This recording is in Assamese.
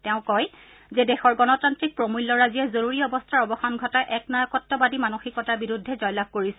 তেওঁ কয় যে দেশৰ গণতান্নিক প্ৰমূল্যৰাজিয়ে জৰুৰী অৱস্থাৰ অৱসান ঘটাই একনায়কত্বাদী মানসিকতাৰ বিৰুদ্ধে জয়লাভ কৰিছিল